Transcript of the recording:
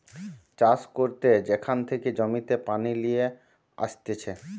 চাষ করতে যেখান থেকে জমিতে পানি লিয়ে আসতিছে